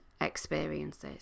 experiences